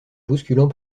bousculant